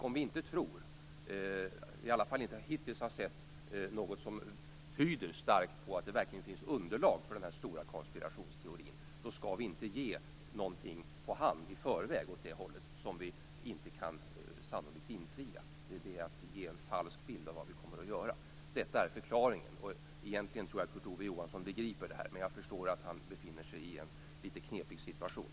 Om vi inte tror - i alla fall har det hittills inte funnits något som starkt tyder på - att det verkligen finns ett underlag för den här stora konspirationsteorin, skall vi inte i förväg ge något på hand åt det hållet som vi sannolikt inte kan infria. Det är ju att ge en falsk bild av vad vi kommer att göra. Detta är förklaringen. Egentligen tror jag att Kurt Ove Johansson begriper det här, men jag förstår att han befinner sig i en ganska knepig situation.